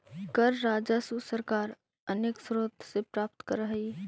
कर राजस्व सरकार अनेक स्रोत से प्राप्त करऽ हई